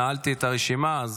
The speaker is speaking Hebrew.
נעלתי את הרשימה,